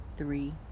three